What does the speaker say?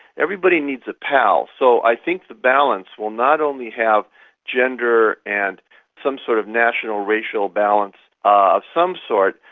everybody needs a pal. so i think the balance will not only have gender and some sort of national racial balance of some sort,